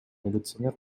милиционер